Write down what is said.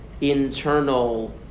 internal